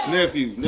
Nephew